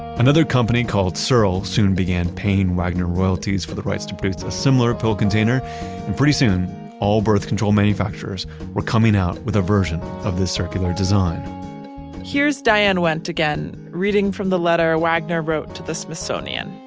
another company called searle soon began paying wagner royalties for the rights to produce a similar pill container and pretty soon all birth control manufacturers were coming out with a version of this circular design here's diane wendt again reading from the letter wagner wrote to the smithsonian.